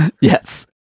Yes